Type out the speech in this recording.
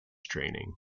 training